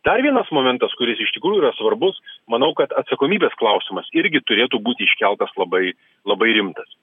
dar vienas momentas kuris iš tikrųjų yra svarbus manau kad atsakomybės klausimas irgi turėtų būti iškeltas labai labai rimtas